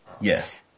Yes